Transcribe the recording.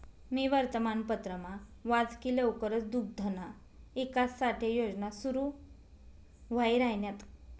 मी वर्तमानपत्रमा वाच की लवकरच दुग्धना ईकास साठे योजना सुरू व्हाई राहिन्यात